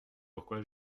pourquoi